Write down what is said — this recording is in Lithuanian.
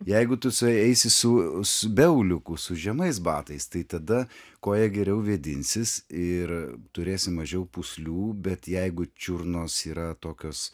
jeigu tu su eisi su be auliukų su žemais batais tai tada koja geriau vėdinsis ir turėsi mažiau pūslių bet jeigu čiurnos yra tokios